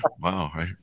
Wow